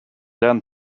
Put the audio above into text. then